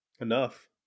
Enough